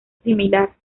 similar